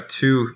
two